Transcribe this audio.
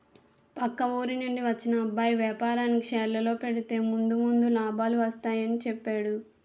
పక్క ఊరి నుండి వచ్చిన అబ్బాయి వేపారానికి షేర్లలో పెడితే ముందు ముందు లాభాలు వస్తాయని చెప్పేడు